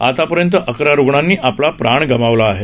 आतापर्यंत अकरा रुग्णांनी आपला प्राण गमावला आहे